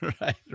Right